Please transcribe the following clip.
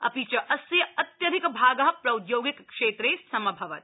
अपि च अस्य अत्यधिभाग प्रौद्योगिक क्षेत्रे समभवत्